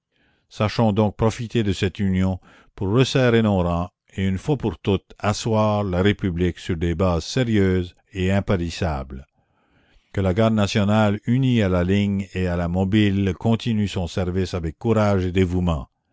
sachons donc profiter de cette union pour resserrer nos rangs et une fois pour toutes asseoir la république sur des bases sérieuses et impérissables que la garde nationale unie à la ligne et à la mobile continue son service avec courage et dévouement